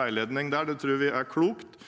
veiledning der, tror vi er klokt.